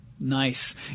Nice